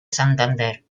santander